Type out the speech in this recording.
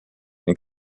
ning